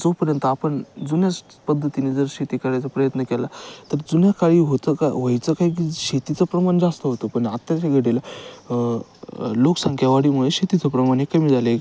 जोपर्यंत आपण जुन्याच पद्धतीने जर शेती करायचा प्रयत्न केला तर जुन्या काळी होतं का व्हायचं काय की शेतीचं प्रमाण जास्त होतं पण आताच्या घडीला लोकसंख्या वाढीमुळे शेतीचं प्रमाण हे कमी झालं आहे